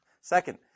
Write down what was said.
Second